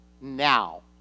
now